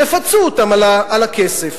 תפצו אותם על הכסף.